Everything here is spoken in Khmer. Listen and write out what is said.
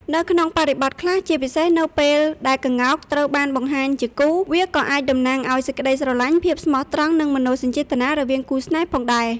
នៅក្នុងបរិបទខ្លះ ជាពិសេសនៅពេលដែលក្ងោកត្រូវបានបង្ហាញជាគូ វាក៏អាចតំណាងឱ្យ សេចក្តីស្រឡាញ់ ភាពស្មោះត្រង់ និង មនោសញ្ចេតនា រវាងគូស្នេហ៍ផងដែរ។